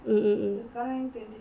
mm mm mm